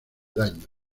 daños